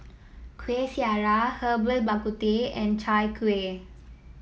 Kueh Syara Herbal Bak Ku Teh and Chai Kueh